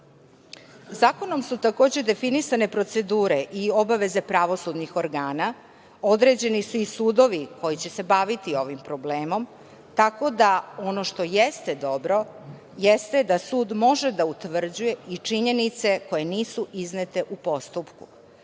zahteva. Zakonom su takođe definisane procedure i obaveze pravosudnih organa, određeni su i sudovi koji će se baviti ovim problemom. Tako da, ono što jeste dobro jeste da sud može da utvrđuje i činjenice koje nisu iznete u postupku